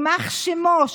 יימח שמו,